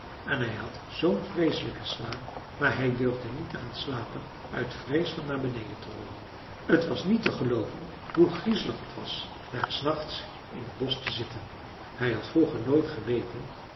en hij had zoo'n vreeselijken slaap maar hij durfde niet te gaan slapen uit vrees van naar beneden te rollen t was niet te gelooven hoe griezelig het was daar s nachts in t bosch te zitten hij had vroeger nooit geweten